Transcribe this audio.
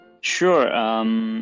Sure